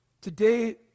Today